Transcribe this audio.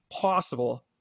possible